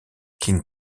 king